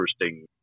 interesting